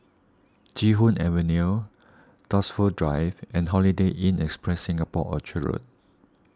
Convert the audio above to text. Chee Hoon Avenue Dunsfold Drive and Holiday Inn Express Singapore Orchard Road